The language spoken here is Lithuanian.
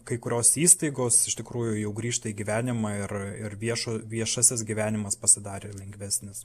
kai kurios įstaigos iš tikrųjų jau grįžta į gyvenimą ir ir viešo viešasis gyvenimas pasidarė lengvesnis